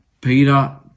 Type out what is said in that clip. Peter